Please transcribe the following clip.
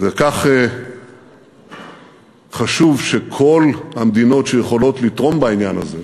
ולכן חשוב שכל המדינות שיכולות לתרום בעניין הזה